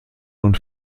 und